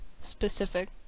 specific